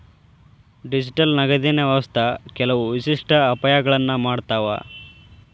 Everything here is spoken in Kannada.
ಡಿಜಿಟಲ್ ನಗದಿನ್ ವ್ಯವಸ್ಥಾ ಕೆಲವು ವಿಶಿಷ್ಟ ಅಪಾಯಗಳನ್ನ ಮಾಡತಾವ